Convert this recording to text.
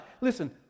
listen